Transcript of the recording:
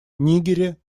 нигере